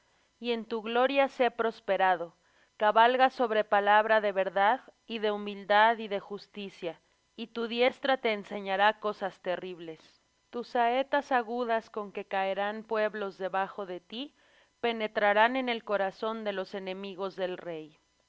y en tu gloria sé prosperado cabalga sobre palabra de verdad y de humildad y de justicia y tu diestra te enseñará cosas terribles tus saetas agudas con que caerán pueblos debajo de ti penetrarán en el corazón de los enemigos del rey